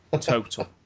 total